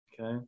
Okay